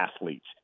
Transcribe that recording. athletes